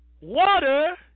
water